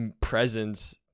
presence